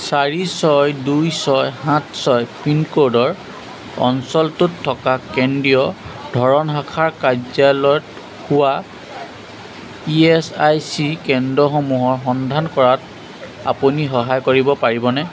চাৰি ছয় দুই ছয় সাত ছয় পিনক'ডৰ অঞ্চলটোত থকা কেন্দ্ৰীয় ধৰণ শাখাৰ কাৰ্যালয়ত হোৱা ই এছ আই চি কেন্দ্ৰসমূহৰ সন্ধান কৰাত আপুনি সহায় কৰিব পাৰিবনে